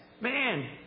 man